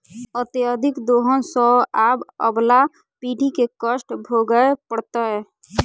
अत्यधिक दोहन सँ आबअबला पीढ़ी के कष्ट भोगय पड़तै